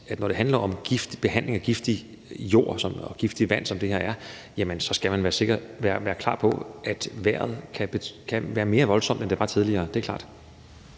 at når det handler om behandling af giftig jord og giftigt vand, som det her er, så skal man være klar over, at vejret kan være mere voldsomt, end det var tidligere.